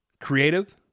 creative